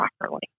properly